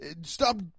stop